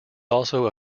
also